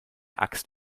axt